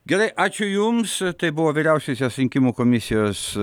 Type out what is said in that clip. gerai ačiū jums tai buvo vyriausiosios rinkimų komisijos